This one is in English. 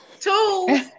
Two